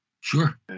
Sure